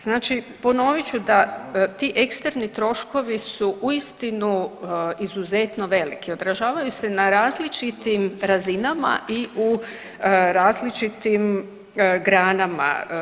Znači ponovit ću da ti eksterni troškovi su uistinu izuzetno veliki, održavaju se na različitim razinama i u različitim granama.